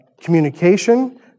communication